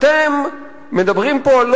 אתם מדברים פה,